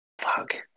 Fuck